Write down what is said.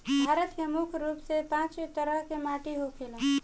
भारत में मुख्य रूप से पांच तरह के माटी होखेला